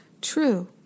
true